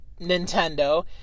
Nintendo